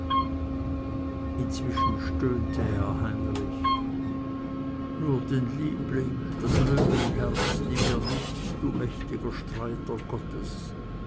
inzwischen stöhnte herr heinrich nur den liebling das löwenherz nimm mir nicht du mächtiger streiter gottes